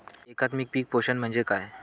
एकात्मिक पीक पोषण म्हणजे काय असतां?